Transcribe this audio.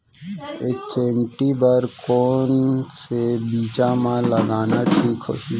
HMT बर कौन से बीज मा लगाना ठीक होही?